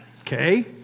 Okay